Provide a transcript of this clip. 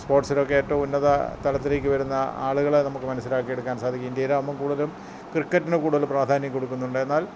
സ്പോർട്സുകൾക്ക് ഏറ്റവും ഉന്നത തലത്തിലേക്ക് വരുന്ന ആളുകളെ നമുക്ക് മനസ്സിലാക്കിയെടുക്കാൻ സാധിക്കും ഇൻഡ്യയിലാകുമ്പം കൂടുതലും ക്രിക്കറ്റിനു കൂടുതൽ പ്രാധാന്യം കൊടുക്കുന്നുണ്ട് എന്നാൽ